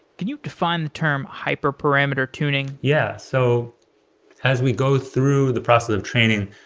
can you define the term hyper parameter tuning? yeah. so as we go through the process of training,